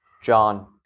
John